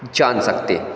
जान सकते